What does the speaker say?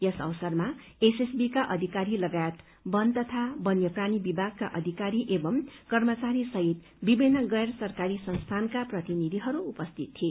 यस अवसरमा एसएसबी का अधिकारी लगायत वन तथा वन्यप्राणी विभागको अधिकारी एवं कर्मचारी सहित विभिन्न गैर सरकारी संस्थानका प्रतिनिधिहरू उपस्थित थिए